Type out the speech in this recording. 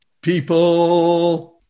People